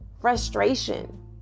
Frustration